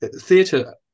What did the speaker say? theatre